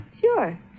Sure